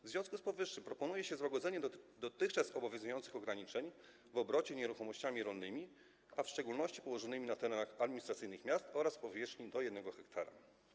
W związku z powyższym proponuje się złagodzenie dotychczas obowiązujących ograniczeń w obrocie nieruchomościami rolnymi, w szczególności położonymi na terenach administracyjnych miast oraz o powierzchni do 1 ha.